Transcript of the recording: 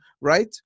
right